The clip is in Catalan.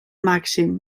màxim